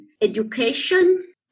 education